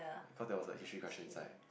cause there was a history question inside